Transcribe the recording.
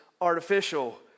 artificial